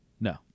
No